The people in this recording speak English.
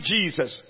Jesus